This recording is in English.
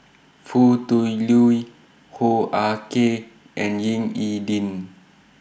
Foo Tui Liew Hoo Ah Kay and Ying E Ding